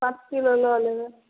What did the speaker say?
पाँच किलो लऽ लेबै